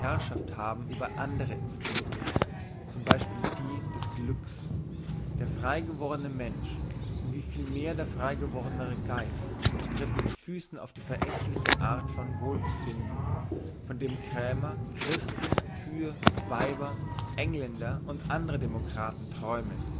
haben über andre instinkte zum beispiel über die des glücks der freigewordne mensch um wie viel mehr der freigewordne geist tritt mit füssen auf die verächtliche art von wohlbefinden von dem krämer christen kühe weiber engländer und andre demokraten träumen